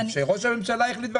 ראש הממשלה החליט בממשלה,